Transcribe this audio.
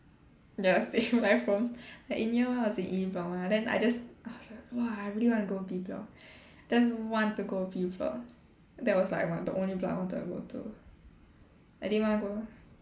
ya same I from like in year one I was in E block mah then I just I was like !wah! I really want to go B block just want to go B block that was like what the only block I wanted to go to I didn't want to go